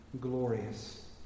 glorious